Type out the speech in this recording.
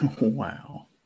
wow